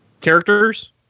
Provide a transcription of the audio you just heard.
characters